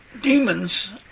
demons